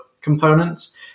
components